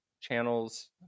channels